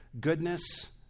goodness